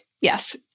yes